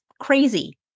crazy